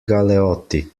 galeotti